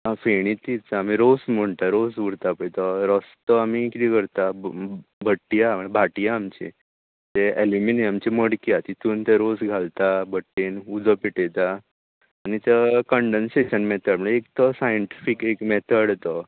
आं फेणी तीच आमी रोस म्हणटा रोस उरता पय तो रोस तो आमी कितें करता भट्टी आहा भाटी आहा आमची ते एल्युमिनियमाची मडकी आहा तितून ते रोस घालता भट्ट्येंत उजो पेटयता आनी कन्डेनसेशन मॅथड म्हळ्यार एक तो सायन्टिफीक एक मॅथड तो